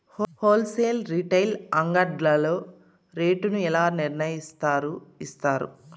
Whole sale retail అంగడ్లలో rate ను ఎలా నిర్ణయిస్తారు యిస్తారు?